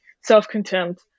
self-contempt